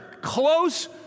close